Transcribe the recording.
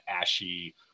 ashy